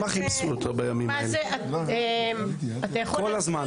כל הזמן.